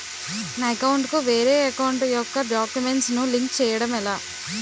నా అకౌంట్ కు వేరే అకౌంట్ ఒక గడాక్యుమెంట్స్ ను లింక్ చేయడం ఎలా?